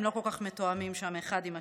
הם לא כל כך מתואמים שם אחד עם השני,